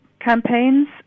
campaigns